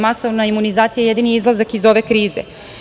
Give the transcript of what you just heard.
Masovna imunizacija je jedini izlazak iz ove krize.